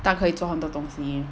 蛋可以做很多东西